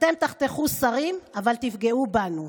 אתם תחתכו שרים, אבל תפגעו בנו.